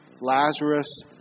Lazarus